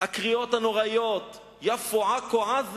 הקריאות הנוראיות: יפו, עכו, עזה,